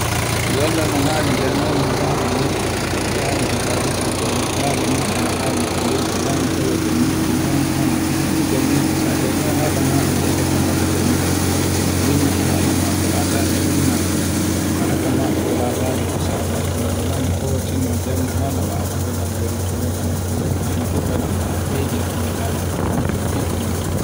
Yalla no hani jannge nen hala men. Halaje ɗe kaleten fere, hala ji fere a hani tawe janngindi ha hala. E hani janginde, ta janndai hale men goɗɗo tawe. Winda e hala maako lataki winda haraka maɗa ko lataki ko safaki moɗn hana ko wattingo hala wawaata ngal gollitora. hala fu ko nanuɗa a beyda